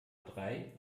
drei